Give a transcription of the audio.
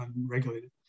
unregulated